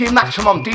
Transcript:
maximum